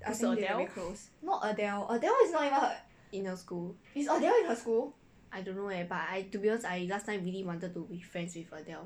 adele in her school I don't know leh but I to be honest I I last time really wanted to be friends with adele